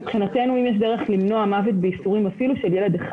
מבחינתנו אם יש דרך למנוע מוות בייסורים אפילו של ילד אחד